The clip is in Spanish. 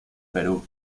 perú